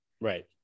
Right